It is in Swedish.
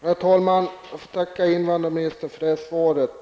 Herr talman! Jag tackar invandrarministern för svaret.